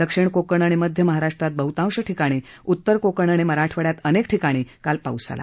दक्षिण कोकण आणि मध्य महाराष्ट्रात बह्तांश ठिकाणी उत्तर कोकण आणि मराठवाडयात अनेक ठिकाणी काल पाऊस झाला